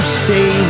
stay